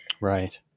Right